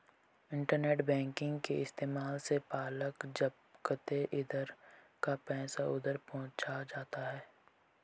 internet banking के इस्तेमाल से पलक झपकते इधर का पैसा उधर पहुँच जाता है